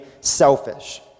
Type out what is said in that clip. selfish